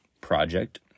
project